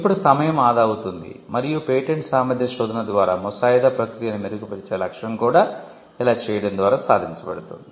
ఇప్పుడు సమయం ఆదా అవుతుంది మరియు పేటెంట్ సామర్థ్య శోధన ద్వారా ముసాయిదా ప్రక్రియను మెరుగుపరిచే లక్ష్యం కూడా ఇలా చేయడం ద్వారా సాధించబడుతుంది